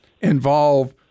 involve